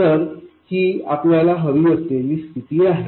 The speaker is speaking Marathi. तर ही आपल्याला हवी असलेली स्थिती आहे